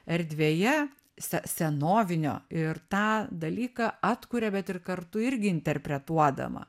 erdvėje se senovinio ir tą dalyką atkuria bet ir kartu irgi interpretuodama